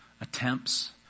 attempts